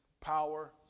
power